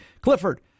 Clifford